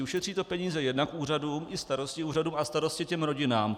Ušetří to peníze jednak úřadům, i starosti úřadům a starosti rodinám.